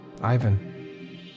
Ivan